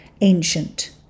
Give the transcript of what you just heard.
ancient